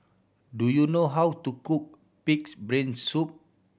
do you know how to cook Pig's Brain Soup